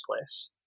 place